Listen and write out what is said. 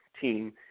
team